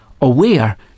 Aware